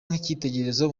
nk’icyitegererezo